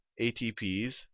ATPs